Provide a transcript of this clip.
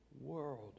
world